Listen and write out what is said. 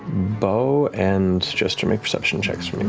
beau and jester, make perception checks for